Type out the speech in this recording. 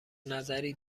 نظری